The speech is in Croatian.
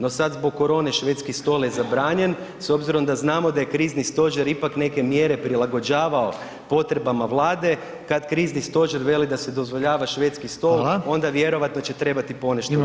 No sa zbog korone švedski stol je zabranjen s obzirom da znamo da je krizni stožer ipak neke mjere prilagođavao potrebama Vlade, kad krizni stožer veli da se dozvoljava švedski stol onda vjerojatno će trebati ponešto.